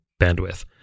bandwidth